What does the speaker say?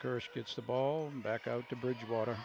curse gets the ball back out to bridgewater